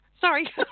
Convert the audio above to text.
Sorry